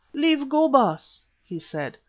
leave go, baas, he said,